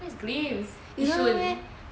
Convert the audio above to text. where is glimpse yishun